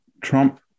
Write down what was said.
Trump